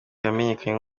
yamenyekanye